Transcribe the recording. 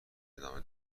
ادامه